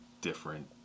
different